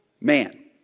man